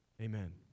Amen